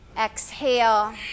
exhale